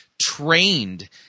trained